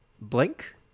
Blink